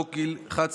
בכלבי נחייה,